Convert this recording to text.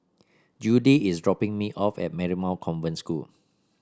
Judy is dropping me off at Marymount Convent School